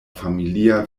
familia